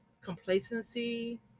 complacency